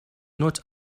not